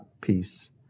peace